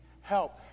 help